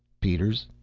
peters,